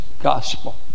gospel